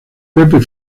pepe